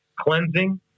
cleansing